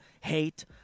hate